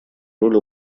роль